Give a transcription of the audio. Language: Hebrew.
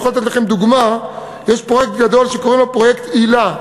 למשל, יש פרויקט גדול, פרויקט היל"ה,